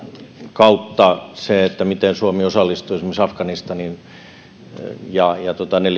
kautta sen miten suomi osallistuu esimerkiksi afganistaniin ja ne